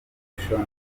redemption